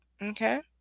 Okay